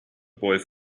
boy